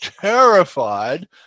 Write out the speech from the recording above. terrified